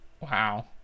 Wow